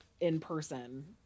in-person